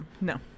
no